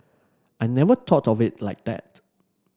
I never thought of it like that